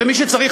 ומי שצריך,